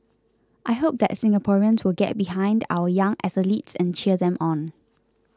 I hope that Singaporeans will get behind our young athletes and cheer them on